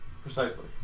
precisely